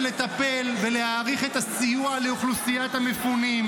ולטפל ולהאריך את הסיוע לאוכלוסיית המפונים,